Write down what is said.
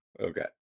Okay